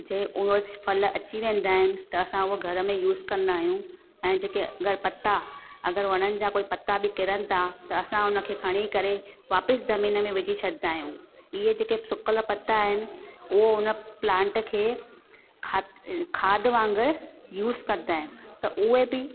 जे उहा अच फल अची वेंदा आहिनि त असां उहो घर में यूस कंदा आहियूं ऐं जेके अगरि पता अगरि वणनि जा कोई पता बि किरनि था त असां हुन खे खणी करे वापसि ज़मीन में विझी छॾंदा आहियूं इहे जेके सुकल पत्ता आहिनि उहे हुन प्लांट खे खाध वांगुरु यूस कंदा आहिनि त उहे बि